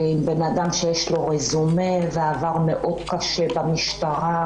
זה בן אדם שיש לו רזומה ועבר מאוד קשה במשטרה,